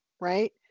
right